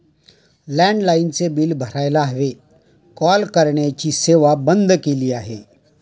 लँडलाइनचे बिल भरायला हवे, कॉल करण्याची सेवा बंद केली आहे